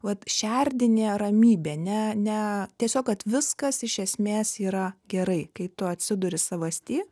vat šerdinė ramybė ne ne tiesiog kad viskas iš esmės yra gerai kai tu atsiduri savasty